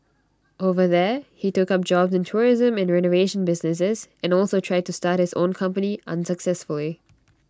over there he took up jobs in tourism and renovation businesses and also tried to start his own company unsuccessfully